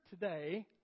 today